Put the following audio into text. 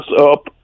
up